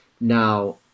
now